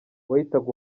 wahitaga